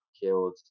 killed